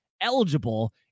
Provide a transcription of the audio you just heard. eligible